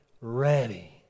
ready